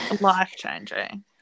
life-changing